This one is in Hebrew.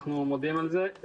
אנחנו מודים על זה,